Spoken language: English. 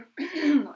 Okay